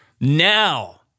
Now